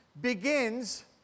begins